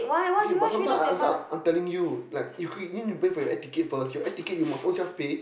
okay but sometimes I answer I I'm telling you like you you need pay for your air ticket first your air ticket you must own self pay